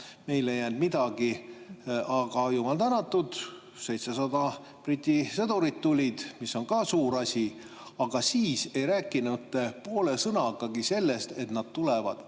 Meile ei jäänud midagi. Aga jumal tänatud, tuli 700 Briti sõdurit! See on ka suur asi. Aga siis ei rääkinud te poole sõnagagi sellest, et nad tulevad